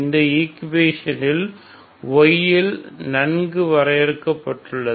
இந்த ஈக்குவேஷனில் y இல் நன்கு வரையறுக்கப்பட்டுள்ளது